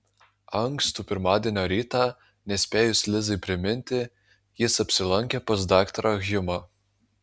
ankstų pirmadienio rytą nespėjus lizai priminti jis apsilankė pas daktarą hjumą